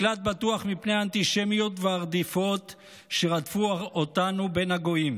מקלט בטוח מפני האנטישמיות והרדיפות שרדפו אותנו בין הגויים,